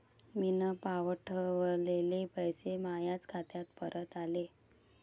मीन पावठवलेले पैसे मायाच खात्यात परत आले